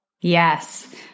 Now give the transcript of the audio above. Yes